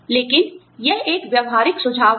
लेकिन यह एक व्यावहारिक सुझाव है